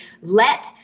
let